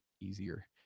easier